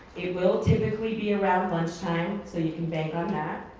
it will typically be around lunchtime, so you can bank on that.